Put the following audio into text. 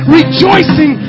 rejoicing